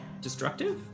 Destructive